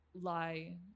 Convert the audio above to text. lie